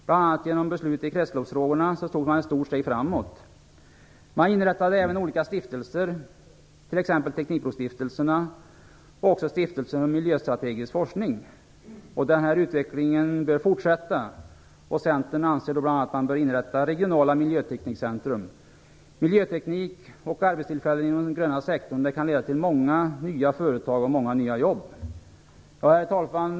Bl.a. genom beslut i kretsloppsfrågorna tog man ett stort steg framåt. Man inrättade även olika stiftelser, t.ex. teknikbrostiftelserna och Stiftelsen för miljöstrategisk forskning. Den här utvecklingen bör fortsätta. Centern anser att man bör inrätta regionala miljöteknikcentrum. Miljöteknik och arbetstillfällen inom den gröna sektorn kan leda till många nya företag och många nya jobb. Herr talman!